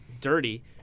dirty